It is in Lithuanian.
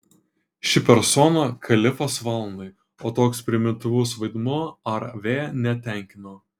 ši persona kalifas valandai o toks primityvus vaidmuo rv netenkino